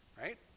right